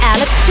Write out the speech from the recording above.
Alex